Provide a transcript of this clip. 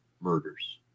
murders